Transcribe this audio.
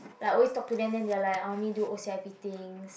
like always talk to them they are like I need to do O_C_I_P things